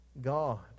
God